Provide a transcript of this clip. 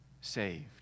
saved